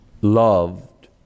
loved